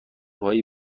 هایی